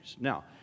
Now